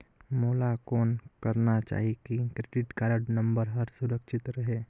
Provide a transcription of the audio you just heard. मोला कौन करना चाही की क्रेडिट कारड नम्बर हर सुरक्षित रहे?